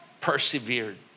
Persevered